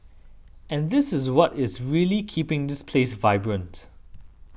and this is what is really keeping this place vibrant